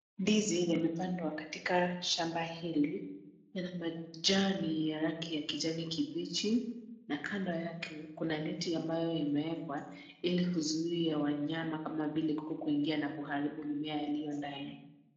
Ndizi yamepandwa katika shamba hili, yana majani ya rangi ya kijani kibichi na kando yake kuna net ambayo imewekwa ili kuzuia wanyama kama vile kuku kuingia na kuharibu mimea yaliyo ndani.